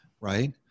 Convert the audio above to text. right